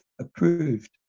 approved